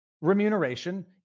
remuneration